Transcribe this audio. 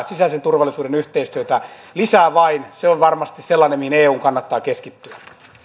sisäisen turvallisuuden yhteistyötä lisää vain se on varmasti sellainen mihin eun kannattaa keskittyä